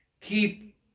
keep